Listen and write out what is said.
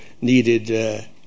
needed